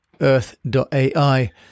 Earth.ai